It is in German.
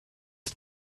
ist